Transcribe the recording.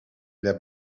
their